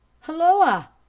hulloa!